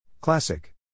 Classic